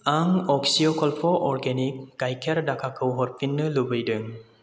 आं अक्षयकल्प' अर्गेनिक गाइखेर दाखाखौ हरफिननो लुबैदों